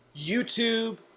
YouTube